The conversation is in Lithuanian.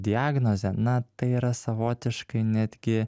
diagnozė na tai yra savotiškai netgi